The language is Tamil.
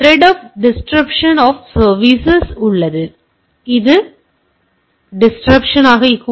திரெட் ஆப் டிஸ்ரப்ஷன் சர்வீஸ் உள்ளது அது இடையூறு டிஸ்ரப்ஷன் ஆக இருக்கலாம்